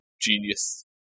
genius